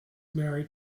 married